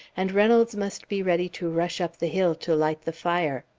and reynolds must be ready to rush up the hill to light the fire.